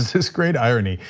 this this great irony.